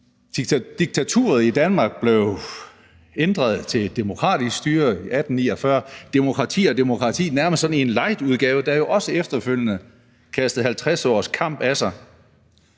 Diktaturet i Danmark blev ændret til et demokratisk styre i 1849 – et demokrati nærmest i sådan en lightudgave, der jo også efterfølgende kastede 50 års kamp af sig.